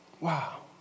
Wow